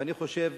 ואני חושב,